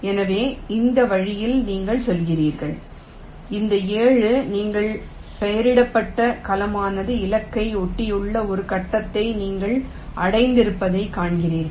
எனவே இந்த வழியில் நீங்கள் செல்கிறீர்கள் இந்த 7 நீங்கள் பெயரிடப்பட்ட கலமானது இலக்கை ஒட்டியுள்ள ஒரு கட்டத்தை நீங்கள் அடைந்திருப்பதைக் காண்கிறீர்கள்